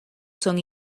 son